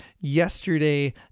yesterday